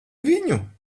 viņu